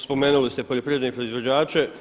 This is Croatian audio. Spomenuli ste poljoprivredne proizvođače.